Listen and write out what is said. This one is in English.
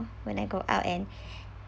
when I go out and